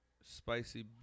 Spicy